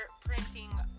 printing